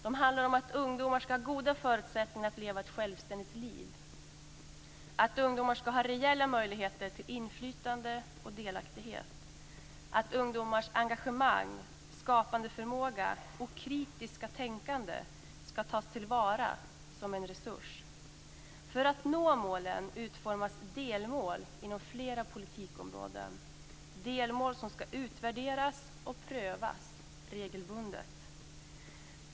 De handlar om att ungdomar ska ha goda förutsättningar att leva ett självständigt liv, om att ungdomar ska ha reella möjligheter till inflytande och delaktighet och om att ungdomars engagemang, skapandeförmåga och kritiska tänkande ska tas till vara som en resurs. För att nå målen utformas delmål inom flera politikområden - delmål som ska utvärderas och prövas regelbundet.